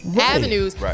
Avenues